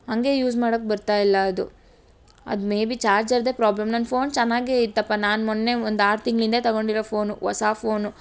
ಹಾಗೆ ಯೂಸ್ ಮಾಡೊಕೆ ಬರ್ತಾ ಇಲ್ಲ ಅದು ಅದು ಮೇಬಿ ಚಾರ್ಜರ್ದೆ ಪ್ರಾಬ್ಲಮ್ ನನ್ನ ಫೋನ್ ಚೆನ್ನಾಗೆ ಇತ್ತಪ್ಪ ನಾನು ಮೊನ್ನೆ ಒಂದು ಆರು ತಿಂಗಳ್ಹಿಂದೆ ತಗೊಂಡಿರೊ ಫೋನು ಹೊಸಾ ಫೋನು